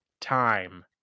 time